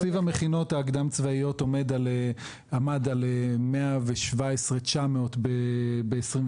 תקציב המכינות הקדם צבאיות עמד על 117,900 ב-2022,